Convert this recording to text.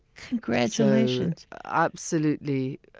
congratulations absolutely,